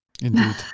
Indeed